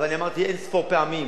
אבל אני אמרתי אין-ספור פעמים: